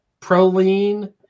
proline